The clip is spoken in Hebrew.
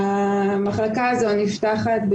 המחלקה הזו נפתחת,